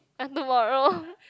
and tomorrow